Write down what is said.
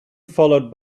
followed